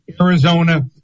Arizona